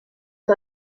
que